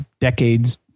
decades